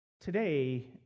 today